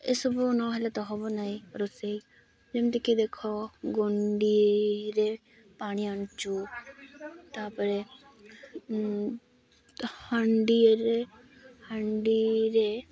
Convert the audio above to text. ଏସବୁ ନହେଲେ ତ ହବ ନାଇଁ ରୋଷେଇ ଯେମିତିକି ଦେଖ ଗୁଣ୍ଡିରେ ପାଣି ଆଣିଛୁ ତା'ପରେ ହାଣ୍ଡିଏରେ ହାଣ୍ଡିରେ